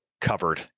covered